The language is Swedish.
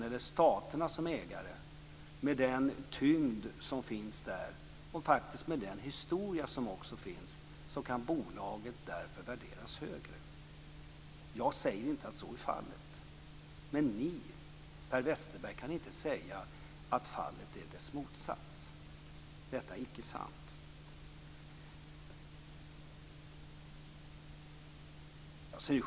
Med staterna som ägare, den tyngd det innebär och den historia som finns, kan bolaget värderas högre. Jag säger inte att så är fallet. Men Per Westerberg kan inte säga motsatsen. Det är inte sant.